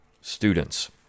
students